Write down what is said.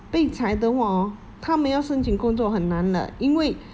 被裁的话 hor 他们要申请工作很难的因为